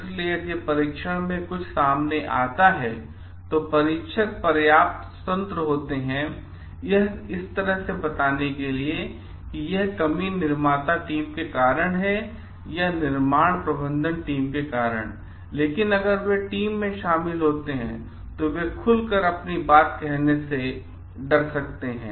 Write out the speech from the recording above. इसलिए यदि परीक्षण में कुछ सामने आता है तो परीक्षक पर्याप्त स्वतंत्र होते हैं इसतरह बताने के लिए यह कमी निर्माता टीम के कारण है या निर्माण प्रबंधन टीम के कारण है लेकिन अगर वे टीम में शामिल होते हैं तो वे खुल कर अपनी बात कहने से से डर सकते हैं